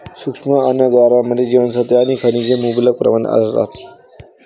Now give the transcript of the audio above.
सूक्ष्म अन्नद्रव्यांमध्ये जीवनसत्त्वे आणि खनिजे मुबलक प्रमाणात आढळतात